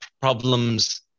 problems